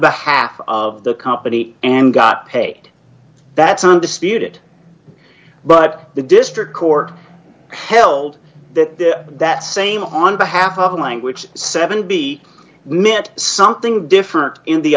behalf of the company and got paid that's undisputed but the district court held that that same on behalf of the language seven b mitt something different in the